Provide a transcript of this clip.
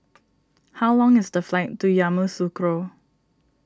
how long is the flight to Yamoussoukro